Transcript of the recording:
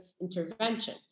intervention